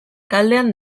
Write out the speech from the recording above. taldean